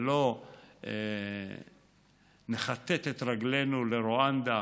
ולא נכתת את רגלינו לרואנדה